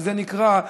שזה נקרא,